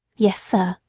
yes, sir,